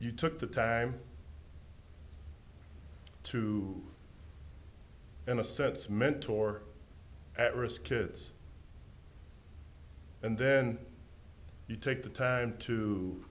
you took the time to in a sense mentor at risk kids and then you take the time to